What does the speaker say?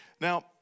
Now